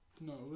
No